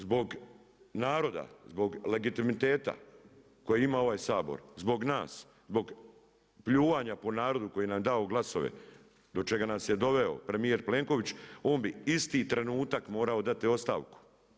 Zbog naroda, zbog legitimiteta koji ima ovaj Sabor, zbog nas, zbog pljuvanja po narodu koji nam je dao glasove, do čega nas je doveo premijer Plenković, on bi isti trenutak morao dati ostavku.